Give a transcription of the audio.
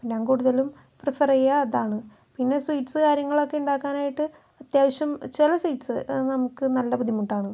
ഞാൻ കൂടുതലും പ്രിഫർ ചെയ്യുക അതാണ് പിന്നെ സ്വീറ്റ്സ് കാര്യങ്ങളൊക്കെണ്ടാക്കാനായിട്ട് അത്യാവശ്യം ചെല സ്വീറ്റ്സ് നമുക്ക് നല്ല ബുദ്ധിമുട്ടാണ്